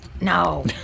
No